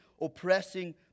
oppressing